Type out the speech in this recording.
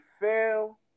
fail